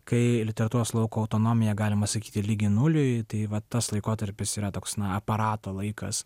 kai literatūros laukų autonomija galima sakyti lygi nuliui tai va tas laikotarpis yra toks na aparato laikas